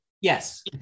Yes